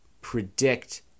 predict